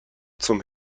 zum